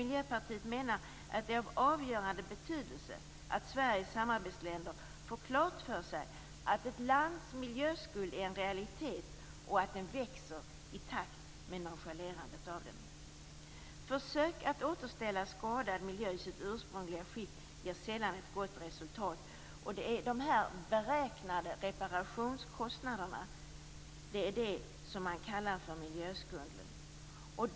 Miljöpartiet menar att det är av avgörande betydelse att Sveriges samarbetsländer får klart för sig att ett lands miljöskuld är en realitet och att den växer i takt med nonchalerandet av den. Försök att återställa skadad miljö i dess ursprungliga skick ger sällan ett gott resultat. Det är dessa beräknade reparationskostnader som man kallar för miljöskulden.